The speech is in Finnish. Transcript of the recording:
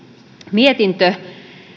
mietintö